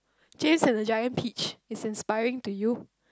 James-and-the-Giant-Peach is inspiring to you